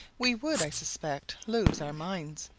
we would, i suspect, lose our minds.